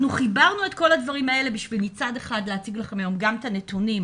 חיברנו את כל הדברים האלה כדי שמצד אחד נציג לכם היום גם את הנתונים,